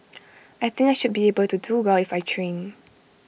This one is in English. I think I should be able to do well if I train